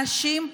אנשים,